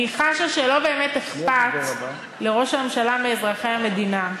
אני חשה שלא באמת אכפת לראש הממשלה מאזרחי המדינה,